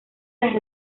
las